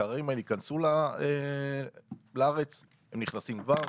הקררים האלה ייכנסו לארץ, הם נכנסים כבר,